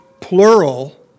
plural